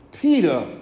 Peter